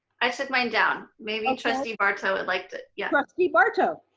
i took mine down. maybe and trustee barto would like to. yeah trustee barto?